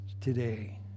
today